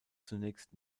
zunächst